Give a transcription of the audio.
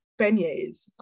beignets